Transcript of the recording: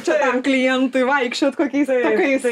čia tam klientui vaikščiot kokiais takais